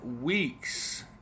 weeks